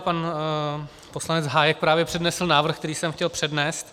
Pan poslanec Hájek právě přednesl návrh, který jsem chtěl přednést.